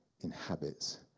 inhabits